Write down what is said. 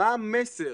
מה המסר